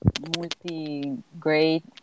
multi-grade